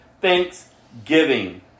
thanksgiving